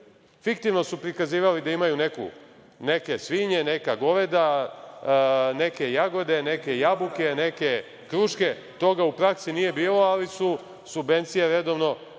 Fiktivno su prikazivali da imaju neke svinje, neka goveda, neke jagode, neke jabuke, neke kruške. Toga u praksi nije bilo, ali su subvencije redovno uplaćivane